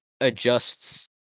adjusts